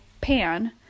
pan